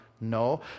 no